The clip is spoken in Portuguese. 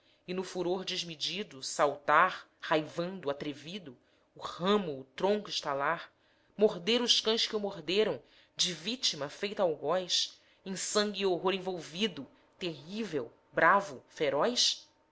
jaguar e no furor desmedido saltar raivando atrevido o ramo o tronco estalar morder os cães que o morderam de vítima feita algoz em sangue e horror envolvido terrível bravo feroz